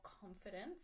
confidence